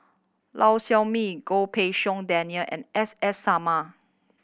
Lau Siew Mei Goh Pei Siong Daniel and S S Sarma